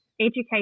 Education